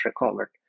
recovered